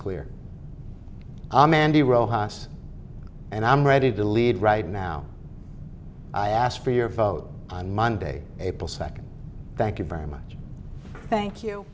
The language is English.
clear i'm mandy rojas and i'm ready to lead right now i ask for your vote on monday april second thank you very much thank you